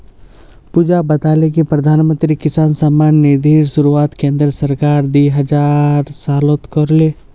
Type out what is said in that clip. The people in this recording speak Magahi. पुजा बताले कि प्रधानमंत्री किसान सम्मान निधिर शुरुआत केंद्र सरकार दी हजार सोलत कर ले